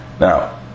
Now